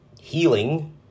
healing